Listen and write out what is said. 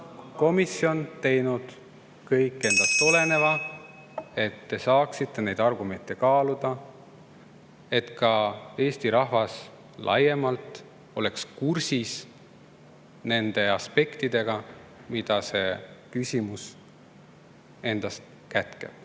komisjon teinud kõik endast oleneva, et te saaksite argumente kaaluda ja et ka Eesti rahvas laiemalt oleks kursis nende aspektidega, mida see küsimus endas kätkeb.